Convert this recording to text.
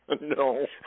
No